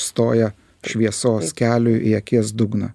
stoja šviesos keliui į akies dugną